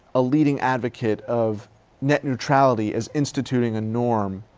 a leading advocate of net neutrality as instituting a norm